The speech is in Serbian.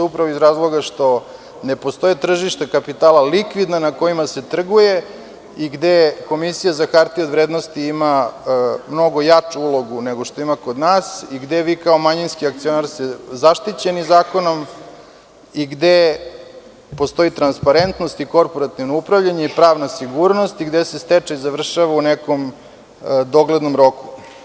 Upravo iz razloga što ne postoje tržišta kapitala likvidna na kojima se trguje i gde Komisija za hartije od vrednosti ima mnogo jaču ulogu nego što ima kod nas i gde ste vi kao manjinski akcionar zaštićeni zakonom i gde postoji transparentnost i korporativno upravljanje i pravna sigurnost i gde se stečaj završava u nekom doglednom roku.